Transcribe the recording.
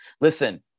Listen